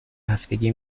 هفتگی